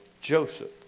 Joseph